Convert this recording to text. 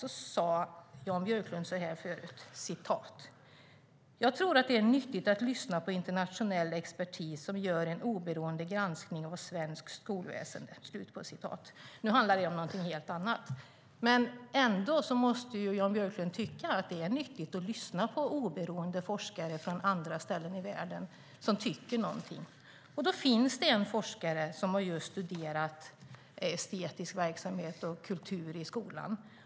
Han sade så här förut: Jag tror att det är nyttigt att lyssna på internationell expertis som gör en oberoende granskning av svenskt skolväsen. Nu handlar det om någonting helt annat, men Jan Björklund måste ändå tycka att det är nyttigt att lyssna på oberoende forskare från andra ställen i världen som tycker någonting. Det finns en forskare som just har studerat estetisk verksamhet och kultur i skolan.